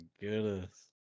goodness